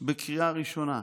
בקריאה ראשונה,